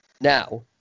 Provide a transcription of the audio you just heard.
Now